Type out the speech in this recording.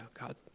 God